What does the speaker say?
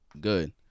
good